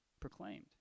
proclaimed